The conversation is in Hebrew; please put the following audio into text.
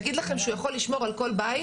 להגיד לכם שהוא יכול לשמור על כל בית?